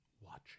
watching